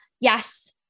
yes